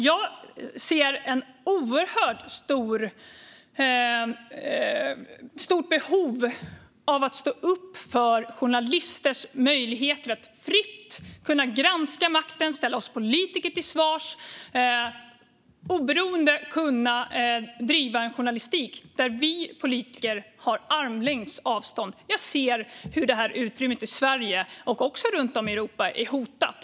Jag ser ett stort behov av att stå upp för journalisters möjlighet att fritt granska makten, ställa oss politiker till svars och oberoende kunna driva en journalistik där vi politiker håller armlängds avstånd. Jag ser hur detta utrymme både i Sverige och runt om i Europa är hotat.